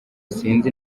sinzi